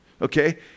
Okay